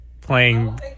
playing